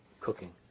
cooking